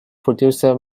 producer